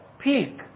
peak